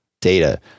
data